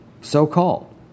so-called